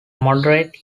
moderate